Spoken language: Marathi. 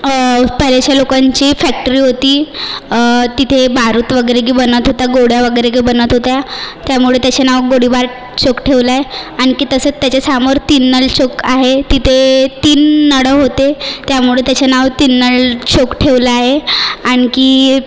बऱ्याचशा लोकांची फॅक्टरी होती तिथे बारूद वगैरे बनत होतं गोळ्या वगैरे बनत होत्या त्यामुळे त्याचे नाव गोळीबार चौक ठेवलं आहे आणखी तसंच त्याच्यासमोर तीन नळ चौक आहे तिथे तीन नळ होते त्यामुळे त्याचं नाव तीन नळ चौक ठेवलं आहे आणखी